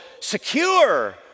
secure